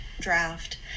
draft